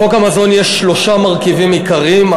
בחוק המזון יש שלושה מרכיבים עיקריים.